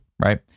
Right